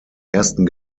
ersten